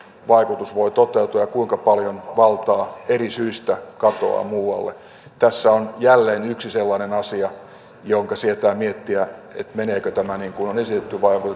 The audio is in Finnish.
vaikutus voi toteutua ja ja kuinka paljon valtaa eri syistä katoaa muualle tässä on jälleen yksi sellainen asia jota sietää miettiä että meneekö tämä niin kuin on esitetty vai onko